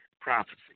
prophecy